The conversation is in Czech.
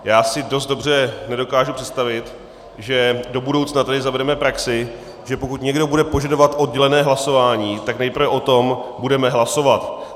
Já si dost dobře nedokážu představit, že do budoucna tady zavedeme praxi, že pokud někdo bude požadovat oddělené hlasování, tak nejprve o tom budeme hlasovat.